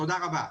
תודה רבה.